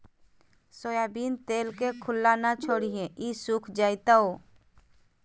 soybean तेल के खुल्ला न छोरीहें ई सुख जयताऊ